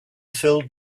filled